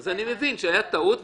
אני מבין שהייתה טעות,